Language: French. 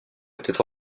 était